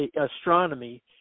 astronomy